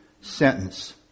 sentence